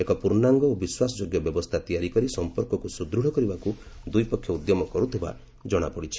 ଏକ ପୂର୍ଣ୍ଣାଙ୍ଗ ଓ ବିଶ୍ୱାସଯୋଗ୍ୟ ବ୍ୟବସ୍ଥା ତିଆରି କରି ସଂପର୍କକୁ ସୁଦୃଢ଼ କରିବାକୁ ଦୁଇପକ୍ଷ ଉଦ୍ୟମ କରୁଥିବା ଜଣାପଡ଼ିଛି